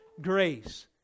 grace